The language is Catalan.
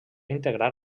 integrar